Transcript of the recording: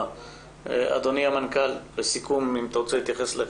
אדוני המנכ"ל, לסיכום, אם אתה רוצה להתייחס.